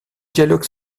dialogue